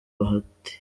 bahati